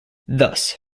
thus